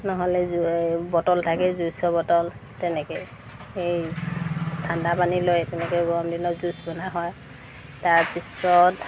নহ'লে এই বটল থাকে জুচৰ বটল তেনেকৈ এই ঠাণ্ডা পানী লয় তেনেকৈ গৰম দিনত জুচ বনোৱা হয় তাৰপিছত